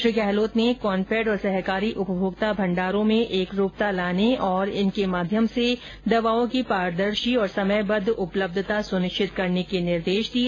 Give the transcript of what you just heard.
श्री गहलोत ने कॉनफेड और सहकारी उपभोक्ता भण्डारों में एकरूपता लाने तथा इनके माध्यम से दवाओं की पारदर्शी और समयबद्ध उपलब्धता सुनिश्चित करने के भी निर्देश दिए